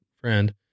friend